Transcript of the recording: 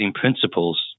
principles